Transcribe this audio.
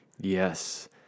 yes